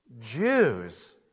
Jews